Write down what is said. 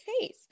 case